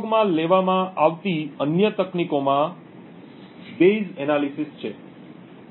ઉપયોગમાં લેવામાં આવતી અન્ય તકનીકોમાં બાયેસ એનાલિસિસ છે